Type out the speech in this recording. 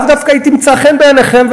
הוא לאו דווקא ימצא חן בעיניכם.